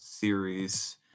Series